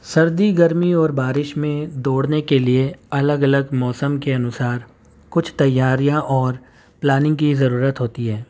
سردی گرمی اور بارش میں دوڑنے کے لیے الگ الگ موسم کے انوسار کچھ تیاریاں اور پلاننگ کی ضرورت ہوتی ہے